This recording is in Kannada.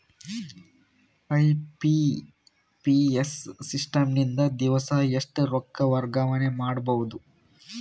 ಐ.ಎಂ.ಪಿ.ಎಸ್ ಸಿಸ್ಟಮ್ ನಿಂದ ದಿವಸಾ ಎಷ್ಟ ರೊಕ್ಕ ವರ್ಗಾವಣೆ ಮಾಡಬಹುದು?